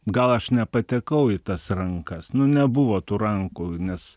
gal aš nepatekau į tas rankas nu nebuvo tų rankų nes